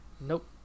nope